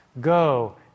go